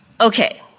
Okay